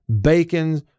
bacon